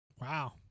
Wow